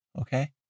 okay